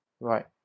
right